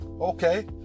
okay